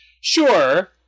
sure